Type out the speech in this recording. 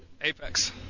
Apex